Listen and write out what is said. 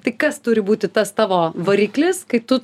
tai kas turi būti tas tavo variklis kai tu